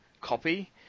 copy